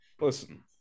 listen